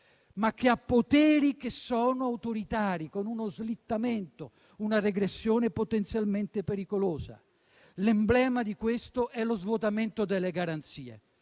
però poteri che sono autoritari, con uno slittamento e una regressione potenzialmente pericolosa. L'emblema di questo è lo svuotamento delle garanzie.